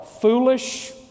foolish